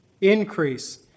increase